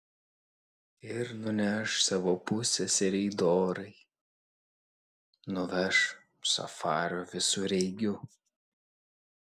ir nuneš savo pusseserei dorai nuveš safario visureigiu